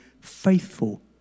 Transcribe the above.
faithful